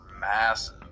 massive